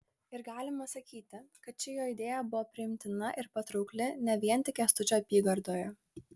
ir galima sakyti kad ši jo idėja buvo priimtina ir patraukli ne vien tik kęstučio apygardoje